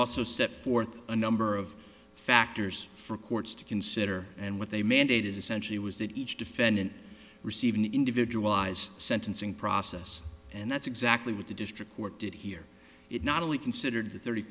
also set forth a number of factors for courts to consider and what they mandated essentially was that each defendant receive an individual i's sentencing process and that's exactly what the district court did hear it not only considered the thirty